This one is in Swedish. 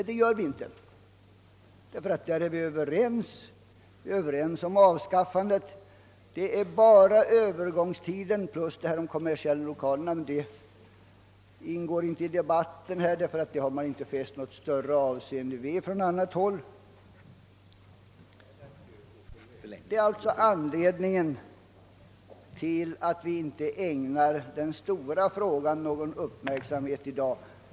Nej, det gör vi inte, eftersom vi är överens om avskaffandet av hyresregleringen. Det är beträffande Öövergångstiden plus de kommersiella lokalerna som vi har en annan uppfattning, men den sistnämnda detaljen ingår inte i debatten därför att man inte har fäst något större avseende vid den från annat håll. Detta är alltså anledningen till att vi i dag inte ägnar någon uppmärksamhet åt den stora frågan.